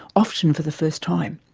often for the first time